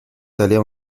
d’aller